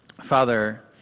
Father